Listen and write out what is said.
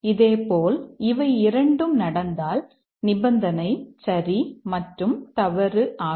இதேபோல் இவை இரண்டும் நடந்தால் நிபந்தனை சரி மற்றும் தவறு ஆகும்